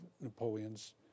Napoleon's